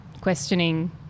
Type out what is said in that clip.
questioning